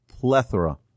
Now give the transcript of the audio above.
plethora